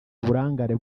burangare